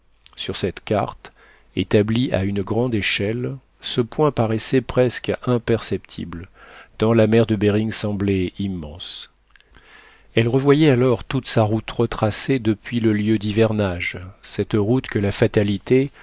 sur cette carte établie à une grande échelle ce point paraissait presque imperceptible tant la mer de behring semblait immense elle revoyait alors toute sa route retracée depuis le lieu d'hivernage cette route que la fatalité